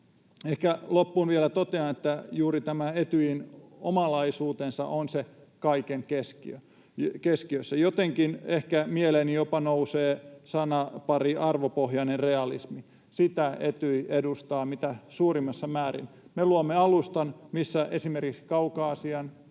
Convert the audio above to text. Ehkä loppuun vielä totean, että juuri tämä Etyjin omanlaisuus on kaiken keskiössä. Jotenkin ehkä mieleeni jopa nousee sanapari ”arvopohjainen realismi”. Sitä Etyj edustaa mitä suurimmassa määrin. Me luomme alustan, missä esimerkiksi Kaukasian